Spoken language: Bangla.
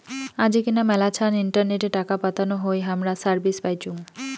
আজিকেনা মেলাছান ইন্টারনেটে টাকা পাতানো হই হামরা সার্ভিস পাইচুঙ